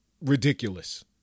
Ridiculous